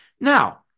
Now